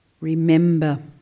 remember